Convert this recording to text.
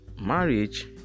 marriage